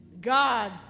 God